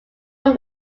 them